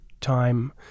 time